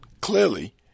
clearly